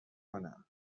کنم